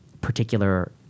particular